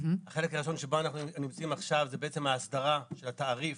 החלק הראשון שבו אנחנו נמצאים עכשיו זה בעצם ההסדרה של התעריף